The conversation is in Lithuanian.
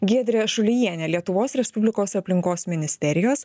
giedrė šulijienė lietuvos respublikos aplinkos ministerijos